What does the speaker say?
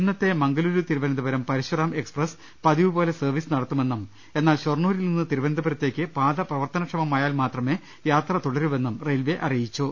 ഇന്നത്തെ മംഗലൂരു തിരുവനന്തപുരം പരശുരാം എക്സ്പ്രസ് പതിവു പോലെ സർവീസ് നട ത്തുമെന്നും എന്നാൽ ഷൊർണൂരിൽ നിന്ന് തിരുവനന്തപുരത്തേക്ക് പാത പ്രവർത്തനക്ഷമമായാൽ മാത്രമേ യാത്ര തുടരൂവെന്നും റെയിൽവെ അറി യിച്ചു